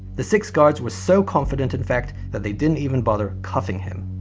the six guards were so confident in fact that they didn't even bother cuffing him.